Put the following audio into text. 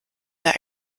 der